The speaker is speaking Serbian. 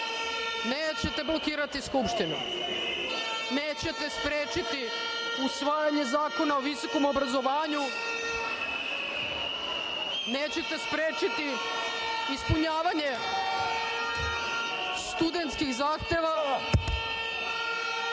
Nećete blokirati Skupštinu. Nećete sprečiti usvajanje Zakona o visokom obrazovanju, nećete sprečiti ispunjavanje studentskih zahteva